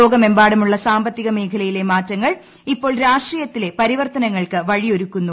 ലോകമെമ്പാടുമുള്ള സാമ്പത്തിക മേഖലയിലെ മാറ്റങ്ങൾ ഇപ്പോൾ രാഷ്ട്രീയത്തിലെ പരിവർത്തനങ്ങൾക്ക് വഴിയൊരുക്കുന്നു